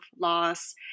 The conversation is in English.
loss